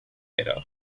era